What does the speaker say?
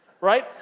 right